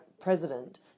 president